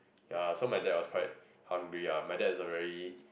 ya some of them are quite hungry are whether is a very